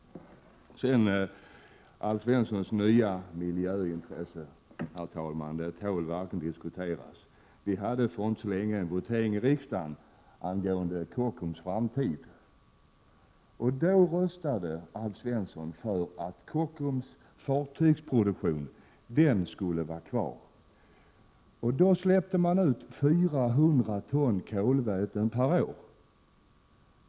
Alf Svenssons nya miljöintresse tål verkligen att diskuteras. För inte så länge sedan hade vi en votering här i riksdagen angående Kockums framtid. Då röstade Alf Svensson för att Kockums fartygsproduktion skulle vara kvar. Då släpptes det ut 400 ton kolväten per år.